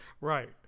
Right